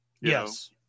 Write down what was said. yes